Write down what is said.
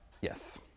Yes